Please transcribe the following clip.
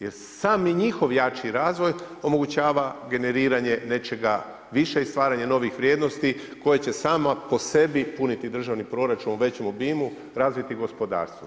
Jer sami njihov jači razvoj omogućava generiranje nečega više i stvaranje novih vrijednosti koje će samo po sebi puniti državni proračun u većem obimu, razviti gospodarstvo.